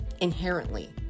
Inherently